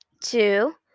two